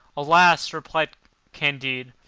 alas! replied candide,